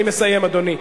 אני מסיים, אדוני.